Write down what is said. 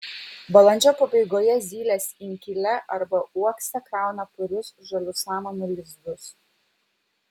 balandžio pabaigoje zylės inkile arba uokse krauna purius žalių samanų lizdus